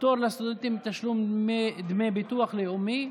פטור לסטודנטים מתשלום דמי ביטוח לאומי),